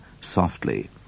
softly